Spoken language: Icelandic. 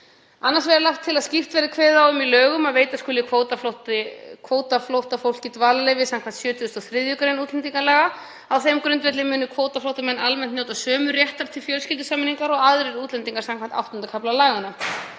Annars vegar er lagt til að skýrt verði kveðið á um í lögum um að veita skuli kvótaflóttafólki dvalarleyfi samkvæmt 73. gr. útlendingalaga. Á þeim grundvelli munu kvótaflóttamenn almennt njóta sömu réttinda til fjölskyldusameiningar og aðrir útlendingar samkvæmt VIII. kafla laganna.